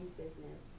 business